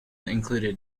included